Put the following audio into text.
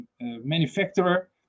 manufacturer